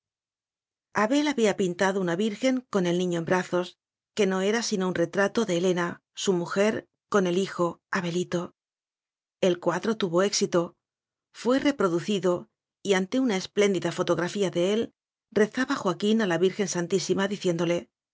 abel había pintado una virgen con el niño en brazos que no era sino un retrato de he lena su mujer con el hijo abelito el cuadro tuvo éxito fué reproducido y ante una es pléndida fotografía de él rezaba joaquín a la virgen santísima diciéndole